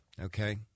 okay